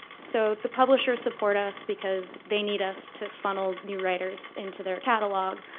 so the publishers support us, because they need us to funnel new writers into their catalog.